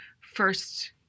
first